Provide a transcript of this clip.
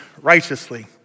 righteously